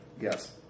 Yes